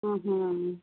ಹ್ಞೂ ಹ್ಞೂ